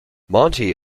monte